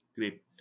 Great